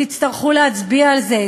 תצטרכו להצביע על זה,